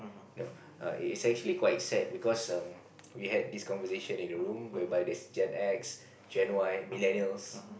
you know it's actually quite sad because um we had this conversation in a room whereby there's Gen-X Gen-Y Millennials